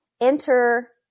enter